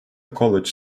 college